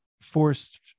forced